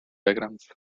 diagrams